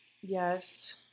Yes